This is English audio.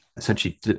Essentially